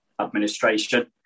administration